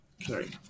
Sorry